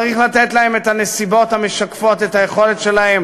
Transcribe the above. צריך לתת להם בנסיבות המשקפות את היכולת שלהם